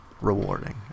rewarding